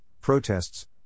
protests